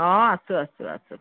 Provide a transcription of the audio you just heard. অঁ আছোঁ আছোঁ আছোঁ